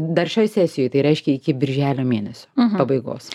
dar šioj sesijoj tai reiškia iki birželio mėnesio pabaigos